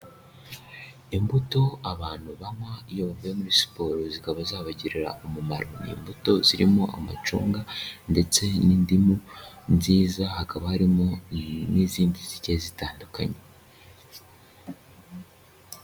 Imbuto abantu banywa iyo bavuye muri siporo zikaba zabagirira umumaro, ni imbuto zirimo amacunga ndetse n'indimu nziza hakaba harimo n'izindi zigiye zitandukanye.